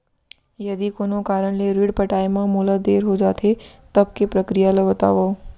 यदि कोनो कारन ले ऋण पटाय मा मोला देर हो जाथे, तब के प्रक्रिया ला बतावव